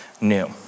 new